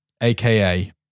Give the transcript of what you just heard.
AKA